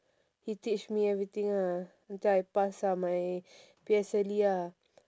he teach me everything ah until I pass ah my P_S_L_E ah